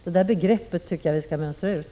Det där begreppet tycker jag att vi skall mönstra ut.